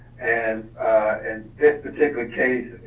and in this particular case,